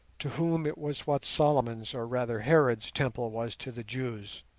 to whom it was what solomon's, or rather herod's, temple was to the jews.